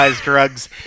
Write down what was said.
drugs